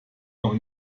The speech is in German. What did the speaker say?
noch